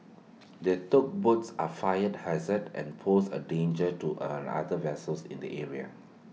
these tugboats are A fire hazard and pose A danger to an other vessels in the area